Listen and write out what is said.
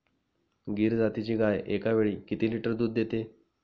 गीर जातीची गाय एकावेळी किती लिटर दूध देते?